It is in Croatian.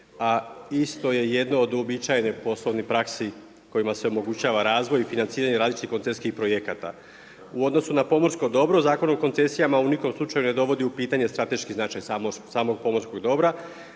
a isto je jedno od uobičajenih poslovnih praksi kojima se omogućava razvoj i financiranje različitih koncesijskih projekata. U odnosu na pomorsko dobro, Zakon o koncesijama ni u kom slučaju ne dovodi u pitanje strateški značaj samog pomorskog dobra,